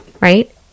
right